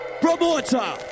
promoter